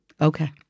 okay